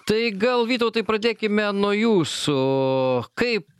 tai gal vytautai pradėkime nuo jūsų kaip